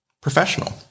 professional